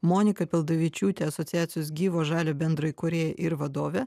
monika pildavičiūtės asociacijos gyvo žalio bendraįkūrėja ir vadovė